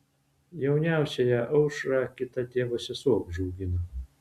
jauniausiąją aušrą kita tėvo sesuo užaugino